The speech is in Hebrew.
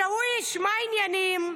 שאוויש, מה העניינים?